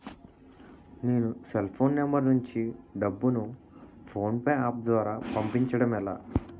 నేను cell phone number నుంచి డబ్బును ను ఫోన్పే అప్ ద్వారా పంపించడం ఎలా?